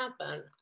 happen